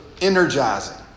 energizing